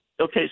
Okay